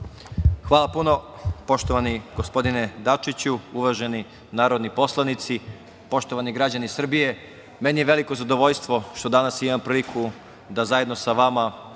Hvala puno. Poštovani gospodine Dačiću, uvaženi narodni poslanici, poštovani građani Srbije, meni je veliko zadovoljstvo što danas imam priliku da zajedno sa vama